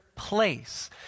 place